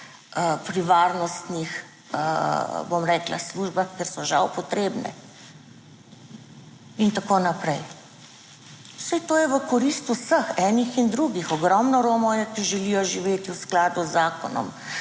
pri varnostnih, bom rekla, službah, ker so žal potrebne in tako naprej. Saj to je v korist vseh, enih in drugih. Ogromno Romov je, ki želijo živeti v skladu z zakonom